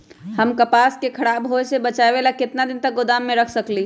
हम कपास के खराब होए से बचाबे ला कितना दिन तक गोदाम में रख सकली ह?